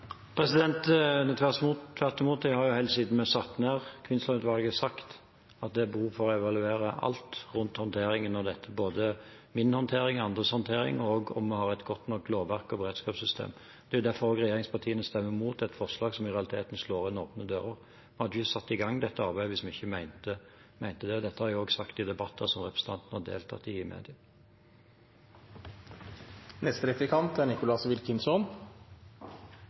Tvert imot, jeg har helt siden vi satte ned Kvinnsland-utvalget, sagt at det er behov for å evaluere alt rundt håndteringen av dette, både min håndtering og andres håndtering, og om vi har et godt nok lovverk og beredskapssystem. Det er derfor regjeringspartiene stemmer imot et forslag som i realiteten slår inn åpne dører. Vi hadde ikke satt i gang dette arbeidet hvis vi ikke mente det. Dette har jeg også sagt i debatter som representanten har deltatt i